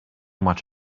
much